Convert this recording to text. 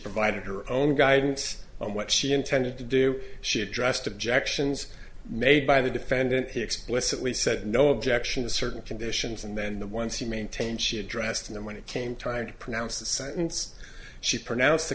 provided her own guidance on what she intended to do she addressed objections made by the defendant he explicitly said no objection to certain conditions and then the ones he maintained she addressed and then when it came time to pronounce the sentence she pronounced the